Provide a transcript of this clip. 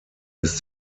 ist